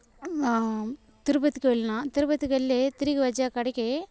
తిరుపతికి వెళ్ళినా తిరుపతికి వెళ్ళి తిరిగి వచ్చే కాడికి